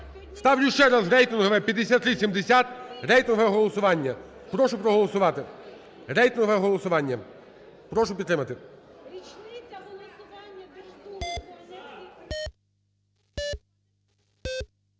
Ставлю ще раз рейтингове 5370, рейтингове голосування. Прошу проголосувати. Рейтингове голосування. Прошу підтримати.